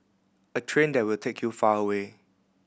a train that will take you far away